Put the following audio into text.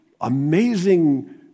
amazing